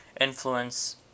influence